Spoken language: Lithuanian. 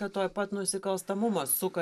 bet tuoj pat nusikalstamumas suka